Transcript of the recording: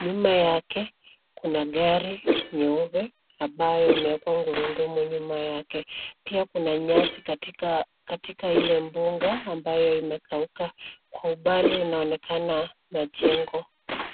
Nyuma yake kuna gari nyeupe ambayo imewekwa gurudumu nyuma yake. Pia kuna nyasi katika ile mbuga ambayo imekauka kwa umbali inaonekana majengo.